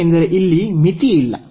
ಏಕೆಂದರೆ ಇಲ್ಲಿ ಮಿತಿಯಿಲ್ಲ